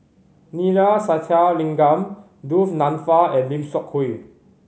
Neila Sathyalingam Du Nanfa and Lim Seok Hui